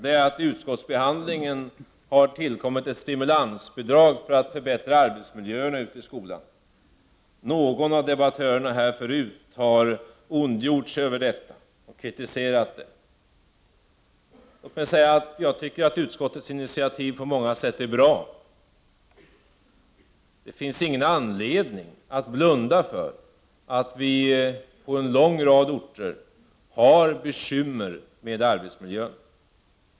Det är att det i utskottsbehandlingen har tillkommit ett stimulansbidrag för att förbättra arbetsmiljöerna ute i skolorna. Någon av de tidigare debattörerna har ondgjort sig över detta och kritiserat det. Låt mig säga att jag tycker att utskottets initiativ på många sätt är bra. Det finns ingen anledning att blunda för att vi på en lång rad orter har bekymmer med arbetsmiljön.